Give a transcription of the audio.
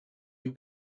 you